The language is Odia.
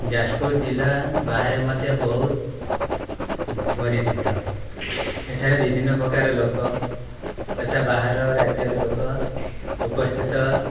ଯାଜପୁର ଜିଲ୍ଲା ବାହାରେ ମଧ୍ୟ ବହୁତ ହୁଁ ପରିଚିତ ଏଠାରେ ବିଭିନ୍ନପ୍ରକାର ଲୋକ ଯଥା ବାହାର ରାଜ୍ୟରୁ ଲୋକ ଉପସ୍ଥିତ